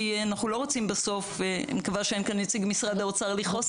כי אנחנו לא רוצים בסוף אני מקווה שאין כאן נציג משרד האוצר לכעוס